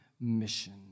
mission